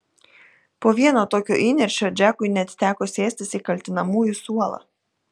po vieno tokio įniršio džekui net teko sėstis į kaltinamųjų suolą